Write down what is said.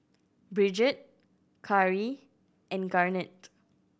Brigitte Cari and Garnet